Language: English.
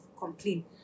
complain